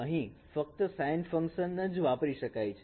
અહીં પણ ફક્ત સાઈન ફંકશન જ વાપરી જ વાપરી શકાય છે